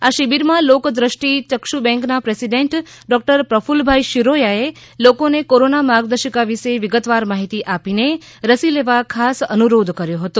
આ શિબિરમાં લોકદ્રષ્ટિ યક્ષબેન્કના પ્રેસિડેન્ટ ડોકટર પ્રફલ્લભાઇ શિરોયાએ લોકોને કોરોના માર્ગદર્શિકા વિશે વિગતવાર માહિતી આપીને રસી લેવા ખાસ અનુરોધ કર્યો હતો